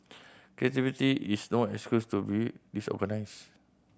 creativity is no excuse to be disorganised